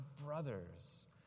brothers